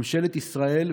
ממשלת ישראל,